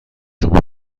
شما